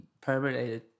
permeated